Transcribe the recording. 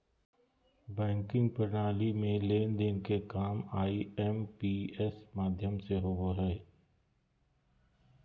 banking प्रणाली में लेन देन के काम आई.एम.पी.एस माध्यम से होबो हय